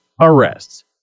arrests